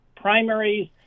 primaries